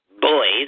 Boys